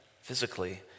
physically